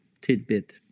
tidbit